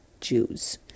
Jews